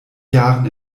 jahren